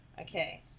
Okay